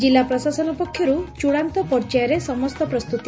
ଜିଲ୍ଲା ପ୍ରଶାସନ ପକ୍ଷରୁ ଚୂଡ଼ାନ୍ତ ପର୍ଯ୍ୟାୟରେ ସମସ୍ତ ପ୍ରସ୍ତତି